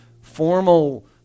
formal